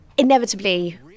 Inevitably